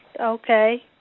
okay